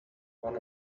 one